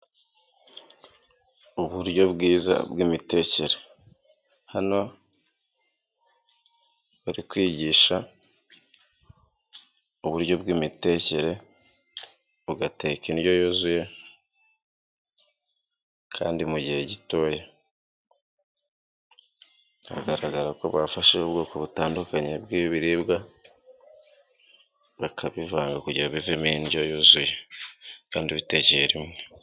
Uburyo bwiza bw'imitekere hano bari kwigisha uburyo bw'imitekere ugateka indyo yuzuye kandi mu gihe gito, biragaragara ko bafashe ubwoko butandukanye bw'ibiribwa bakabivanga kugirango bivemo indyo yuzuye kandi bitekeye rimwe.